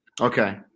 Okay